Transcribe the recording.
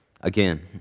again